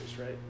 right